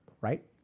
right